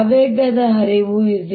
ಆವೇಗದ ಹರಿವು c